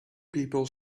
people